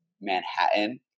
manhattan